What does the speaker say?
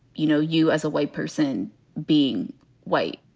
you know, you as a white person being white.